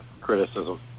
criticism